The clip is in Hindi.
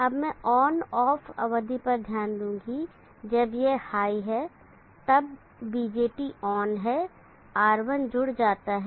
अब मैं ऑन ऑफ अवधि पर ध्यान दूंगा जब यह हाई है तब BJT ऑन है R1 जुड़ जाता है